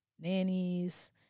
nannies